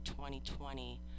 2020